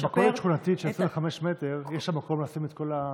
אבל במכולת שכונתית של 25 מטר יש מקום לשים את כל,